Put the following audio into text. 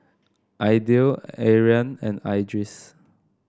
Aidil Aryan and Idris